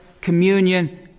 communion